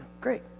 great